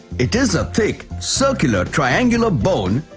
it is a thick, circular-triangular bone.